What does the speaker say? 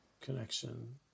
connection